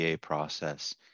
process